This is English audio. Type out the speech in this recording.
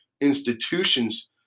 institutions